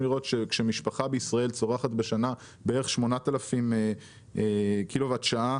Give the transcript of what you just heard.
משפחה בישראל צורכת בשנה בערך 18,000 קילו וואט שעה,